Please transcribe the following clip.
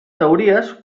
teories